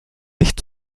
nicht